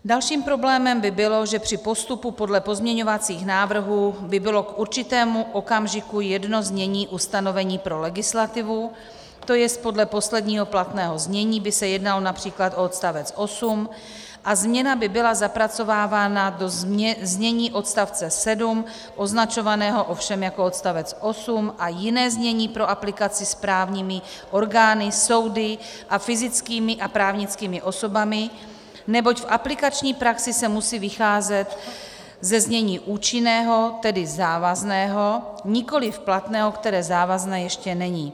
Dalším problémem by bylo, že při postupu podle pozměňovacích návrhů by bylo k určitému okamžiku jedno znění ustanovení pro legislativu, tj. podle posledního platného znění by se jednalo o odstavec 8, a změna by byla zapracovávána do odstavce 7, označovaného ovšem jako odstavec 8, a jiné znění pro aplikaci správními orgány, soudy a fyzickými a právnickými osobami, neboť v aplikační praxi se musí vycházet ze znění účinného, tedy závazného, tedy nikoliv platného, které závazné ještě není.